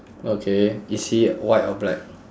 okay is he white or black